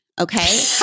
Okay